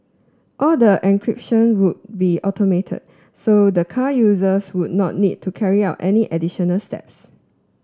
all the encryption would be automated so the car users would not need to carry out any additional steps